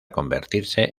convertirse